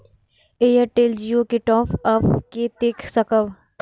Airtel Jio के top up के देख सकब?